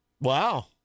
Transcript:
Wow